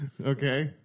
Okay